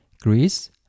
Greece